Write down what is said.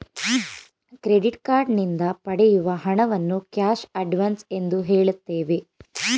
credit card ನಿಂದ ಪಡೆಯುವ ಹಣವನ್ನು ಕ್ಯಾಶ್ ಅಡ್ವನ್ಸ್ ಎಂದು ಹೇಳುತ್ತೇವೆ